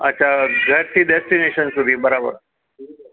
અચ્છા ડેસ્ટી ડેસ્ટીનેશન સુધી બરાબર